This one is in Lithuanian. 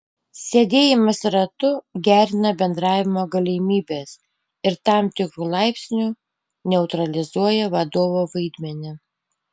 sėdėjimas ratu gerina bendravimo galimybes ir tam tikru laipsniu neutralizuoja vadovo vaidmenį